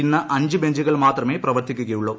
ഇന്ന് അഞ്ച് ബെഞ്ചുകൾ മാത്രമേ പ്രവർത്തിക്കുകയുള്ളൂ